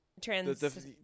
trans